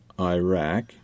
Iraq